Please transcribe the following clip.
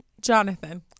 Jonathan